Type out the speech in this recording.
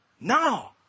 No